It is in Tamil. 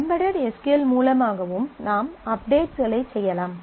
எம்பேடெட் எஸ் க்யூ எல் மூலமாகவும் நாம் அப்டேட்ஸ்களைச் செய்யலாம்